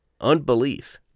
Unbelief